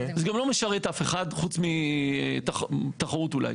זה גם לא משרת אף אחד חוץ מתחרות אולי.